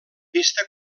pista